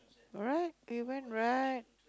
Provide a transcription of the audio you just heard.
right we went right